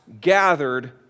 gathered